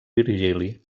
virgili